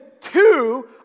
two